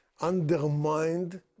undermined